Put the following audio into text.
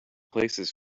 places